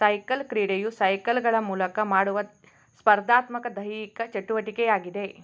cycle ಕ್ರೀಡೆಯು ಸೈಕಲ್ಗಳ ಮೂಲಕ ಮಾಡುವ ಸ್ಪರ್ಧಾತ್ಮಕ ದೈಹಿಕ ಚಟುವಟಿಕೆಯಾಗಿದೆ